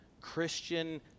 Christian